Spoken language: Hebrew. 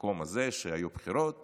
במקום הזה שהיו בחירות